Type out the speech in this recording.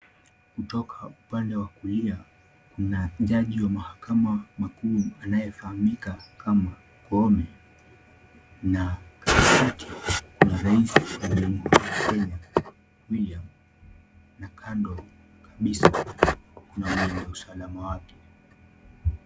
Kutoka upande wa kulia ni jaji wa mahakama makuu anayefahamika kama Koome, na rais wa Jamhuri ya Kenya, William, na kando kabisa kuna mlinda usalama wake.